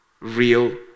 real